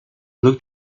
looked